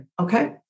Okay